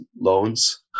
loans